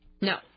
No